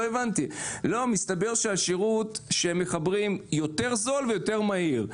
מסתבר שהשירות שמחברים יותר זול ויותר מהיר.